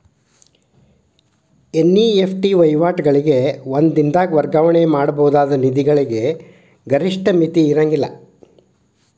NEFT ವಹಿವಾಟುಗಳು ಒಂದ ದಿನದಾಗ್ ವರ್ಗಾವಣೆ ಮಾಡಬಹುದಾದ ನಿಧಿಗಳಿಗೆ ಗರಿಷ್ಠ ಮಿತಿ ಇರ್ಂಗಿಲ್ಲಾ